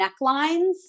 necklines